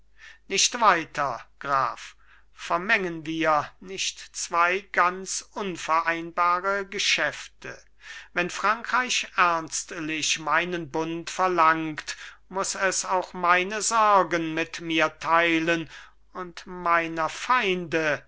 nicht weiter graf vermengen wir nicht zwei ganz unvereinbare geschäfte wenn frankreich ernstlich meinen bund verlangt muß es auch meine sorgen mit mir teilen und meiner feinde